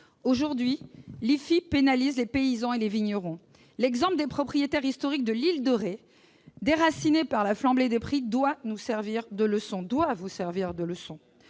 Aujourd'hui, l'IFI pénalise les paysans et les vignerons. L'exemple des propriétaires historiques de l'île de Ré déracinés par la flambée des prix doit vous servir de leçon.